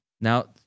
Now